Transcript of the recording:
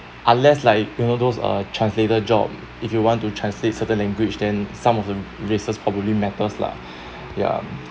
unless like you know those uh translator job if you want to translate certain language than some of the races properly matters lah ya